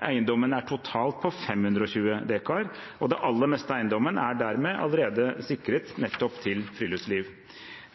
Eiendommen er totalt på 520 dekar, og det aller meste av eiendommen er dermed allerede sikret nettopp til friluftsliv.